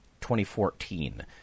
2014